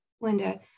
Linda